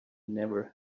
never